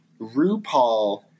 RuPaul